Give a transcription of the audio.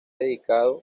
dedicado